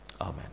Amen